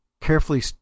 carefully